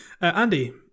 Andy